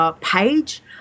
page